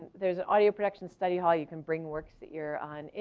there's an audio production study hall you can bring works that you're on.